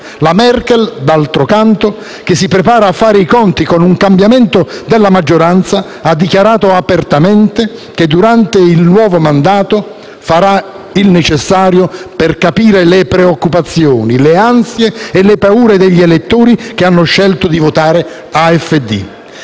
La Merkel, d'altro canto, che si prepara a fare i conti con un cambiamento della maggioranza, ha dichiarato apertamente che durante il nuovo mandato farà il necessario per capire le preoccupazioni, le ansie e le paure degli elettori che hanno scelto di votare AfD.